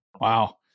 Wow